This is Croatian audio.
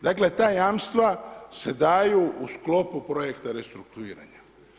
Dakle, ta jamstva se daju u sklopu projekta restrukturiranja.